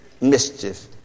mischief